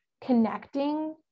connecting